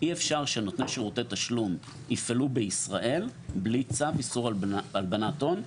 אי אפשר שנותני שירותי תשלום יפעלו בישראל בלי צו איסור הלבנת הון,